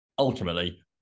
ultimately